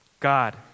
God